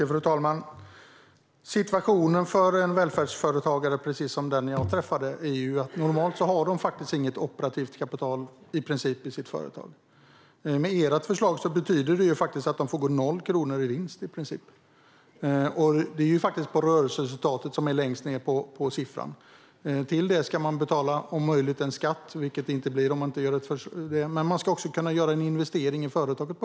Fru talman! Situationen för en välfärdsföretagare - precis som den som jag träffade - är ju att de normalt i princip inte har något operativt kapital i sitt företag. Med ert förslag betyder det att de går med noll kronor i vinst. Det är rörelseresultatet som är siffran längst ned. Till det ska man betala en skatt och man ska också på ett eller annat sätt kunna göra en investering i företaget.